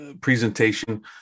presentation